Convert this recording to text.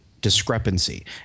discrepancy